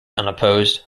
unopposed